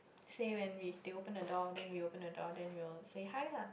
say when we they open the door then we open the door then we will say hi lah